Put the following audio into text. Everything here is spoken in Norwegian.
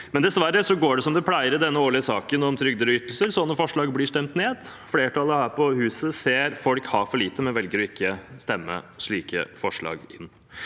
dessverre går det som det pleier i denne årlige saken om trygder og ytelser – slike forslag blir stemt ned. Flertallet her på huset ser at folk har for lite, men velger ikke å stemme slike forslag inn.